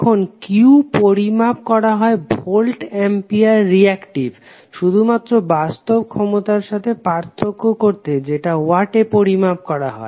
এখন Q পরিমাপ করা হয় ভোল্ট অ্যাম্পিয়ার রিঅ্যাক্টিভ শুধুমাত্র বাস্তব ক্ষমতার সাথে পার্থক্য করতে যেটা ওয়াটে পরিমাপ করা হয়